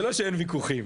זה לא שאין וויכוחים,